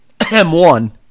M1